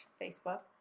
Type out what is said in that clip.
Facebook